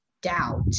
doubt